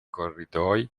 corridoi